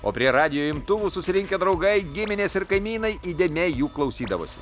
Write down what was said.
o prie radijo imtuvų susirinkę draugai giminės ir kaimynai įdėmiai jų klausydavosi